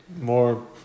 More